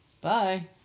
Bye